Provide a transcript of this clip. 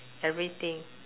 everything